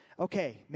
okay